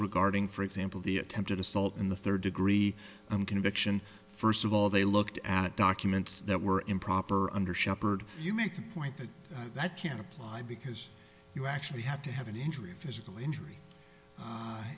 regarding for example the attempted assault in the third degree i'm conviction first of all they looked at documents that were improper under shepherd you make the point that that can apply because you actually have to have an injury physical injury